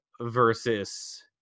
versus